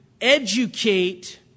educate